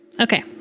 okay